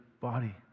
body